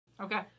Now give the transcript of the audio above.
Okay